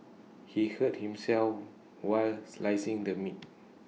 he hurt himself while slicing the meat